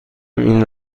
این